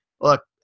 Look